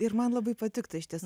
ir man labai patiktų išties